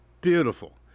beautiful